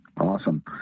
awesome